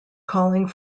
calling